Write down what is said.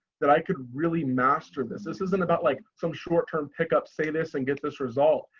that i could really master this. this isn't about like, some short term pickup, say this and get this result.